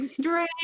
straight